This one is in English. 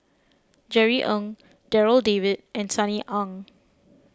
Jerry Ng Darryl David and Sunny Ang